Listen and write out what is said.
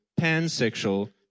pansexual